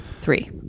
three